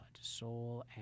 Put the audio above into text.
soul